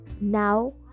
now